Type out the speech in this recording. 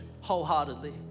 wholeheartedly